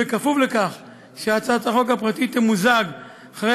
בכפוף לכך שהצעת החוק הפרטית תמוזג אחרי